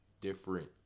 different